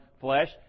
flesh